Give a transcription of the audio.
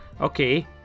okay